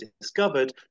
discovered